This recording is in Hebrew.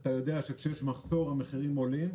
אתה יודע שכאשר יש מחסור המחירים עולים.